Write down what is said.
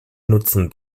nutzen